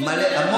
איתך.